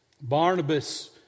Barnabas